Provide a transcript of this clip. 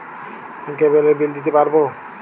আমি কেবলের বিল দিতে পারবো?